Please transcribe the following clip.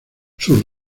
sus